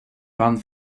band